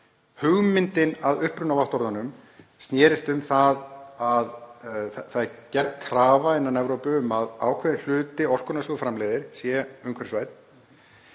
Hugmyndin að upprunavottorðunum snerist um það að gerð er krafa innan Evrópu um að ákveðinn hluti orkunnar sem ríki framleiða sé umhverfisvænn